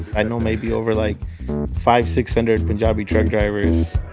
i know maybe over like five, six hundred punjabi truck drivers.